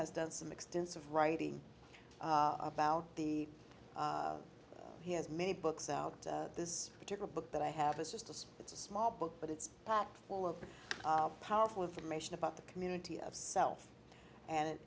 has done some extensive writing about the he has many books out this particular book that i have is just a it's a small book but it's packed full of powerful information about the community of self and it